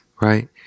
right